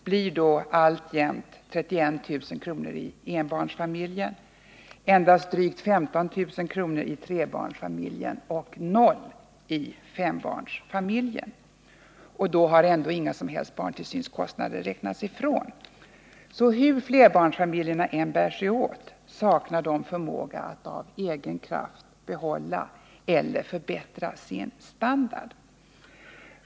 blir då alltjämt 31 000 kr. i ettbarnsfamiljen, endast drygt 15 000 kr. i trebarnsfamiljen och 0 i fembarnsfamiljen. Då har ändå inga som helst barntillsynskostnader räknats ifrån. Hur flerbarnsfamiljerna än bär sig åt saknar de förmåga att av egen kraft behålla eller förbättra sin standard.